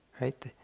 right